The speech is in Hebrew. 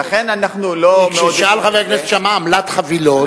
כי כששאל חבר הכנסת שאמה על עמלת חבילות,